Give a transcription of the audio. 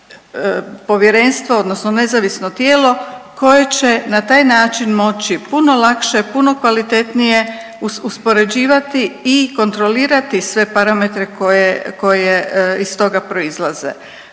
odnosno nezavisno tijelo koje će na taj način moći puno lakše, puno kvalitetnije uspoređivati i kontrolirati sve parametre koje iz toga proizlaze.